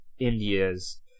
India's